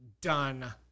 done